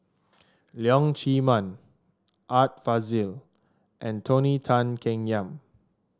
Leong Chee Mun Art Fazil and Tony Tan Keng Yam